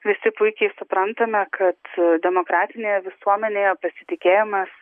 visi puikiai suprantame kad demokratinėje visuomenėje pasitikėjimas